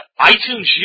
iTunes